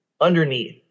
underneath